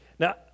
Now